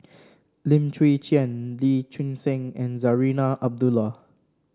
Lim Chwee Chian Lee Choon Seng and Zarinah Abdullah